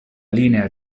linea